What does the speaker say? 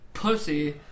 Pussy